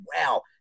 wow